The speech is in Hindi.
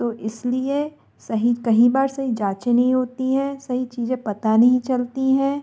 तो इस लिए सही कहीं बार जाचें नहीं होती हैं सही चीज़ें पता नहीं चलती हैं